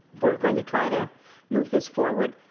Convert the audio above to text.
we are going to try to move this forward,